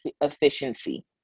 efficiency